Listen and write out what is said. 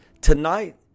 tonight